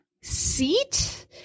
seat